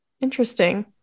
Interesting